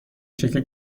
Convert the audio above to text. شکل